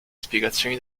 spiegazioni